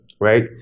right